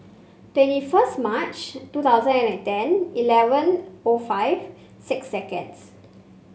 twenty first March two thousand and ten eleven O five six sconds